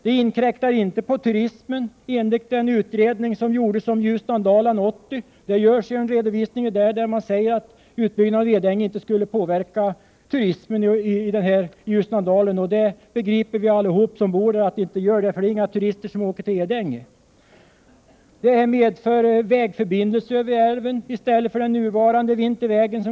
Det inkräktar inte på turismen enligt den utredning som gjordes om Ljusnandalen 1980. Där finns en redovisning som säger att utbyggnaden av Edänge inte skulle påverka turismen i Ljusnandalen. Det begriper vi allihop som bor där, för det är inga turister som åker till Edänge. En utbyggnad medför vägförbindelse över älven i stället för den nuvarande vintervägen.